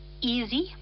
easy